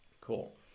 cool